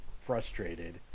frustrated